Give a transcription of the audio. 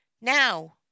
Now